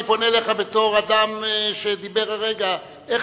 אני פונה אליך בתור אדם שדיבר הרגע: איך